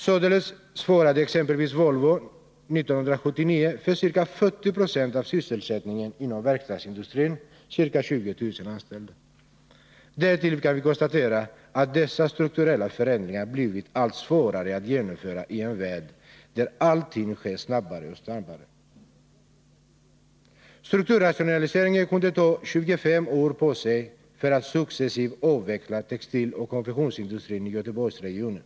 Således svarade Därtill har, kan vi konstatera, dessa strukturella förändringar blivit allt svårare att genomföra i en värld där allting sker snabbare och snabbare. ”Strukturrationaliseringen” kunde ta 25 år på sig för att successivt avveckla textiloch konfektionsindustrin i Göteborgsregionen.